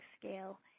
scale